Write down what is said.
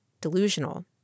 delusional